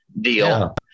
deal